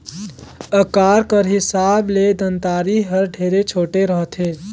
अकार कर हिसाब ले दँतारी हर ढेरे छोटे रहथे